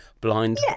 blind